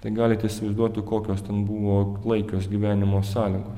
tai galit įsivaizduoti kokios ten buvo klaikios gyvenimo sąlygos